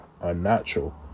unnatural